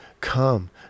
come